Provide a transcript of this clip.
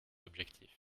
objectifs